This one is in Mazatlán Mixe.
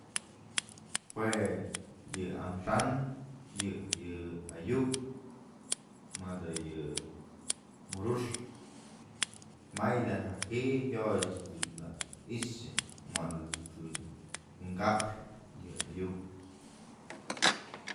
Jue yë amaxa'an, yë ayu'uk, mëdë yë amuru'ux may da ja ji'i jayoyëch dun na i'ixë mat's ëjt's dun kaxëp ayu'uk.